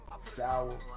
Sour